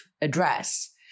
address